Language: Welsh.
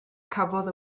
cafodd